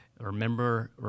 remember